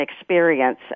experience